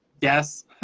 yes